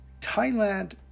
Thailand